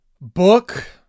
Book